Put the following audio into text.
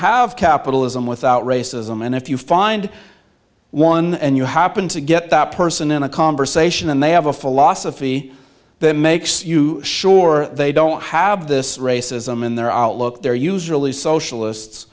have capitalism without racism and if you find one and you happen to get that person in a conversation then they have a philosophy that makes you sure they don't have this racism in their outlook they're usually socialists